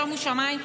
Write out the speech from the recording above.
שומו שמיים,